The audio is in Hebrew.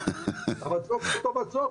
המצוק הוא אותו מצוק,